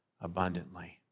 abundantly